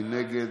מי נגד?